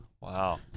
Wow